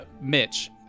Mitch